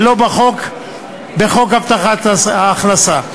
ולא בחוק הבטחת הכנסה.